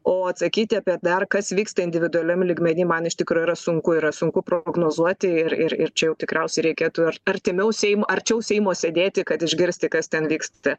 o atsakyti apie dar kas vyksta individualiam lygmeny man iš tikro yra sunku yra sunku prognozuoti ir ir čia jau tikriausiai reikėtų ir artimiau seimo arčiau seimo sėdėti kad išgirsti kas ten vyksta